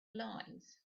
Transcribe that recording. lies